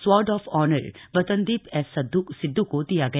sword of honour Watandeep S Siddh को दिया गया